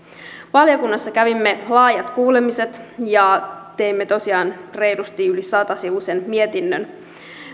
valiokunnassa kävimme laajat kuulemiset ja teimme tosiaan reilusti yli satasivuisen mietinnön